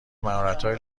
مهارتهای